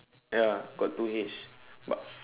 ya got two hays but